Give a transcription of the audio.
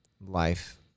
Life